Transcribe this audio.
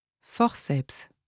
Forceps